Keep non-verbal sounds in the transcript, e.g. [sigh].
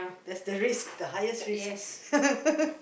that's the risk the highest risk [laughs]